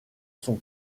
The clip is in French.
son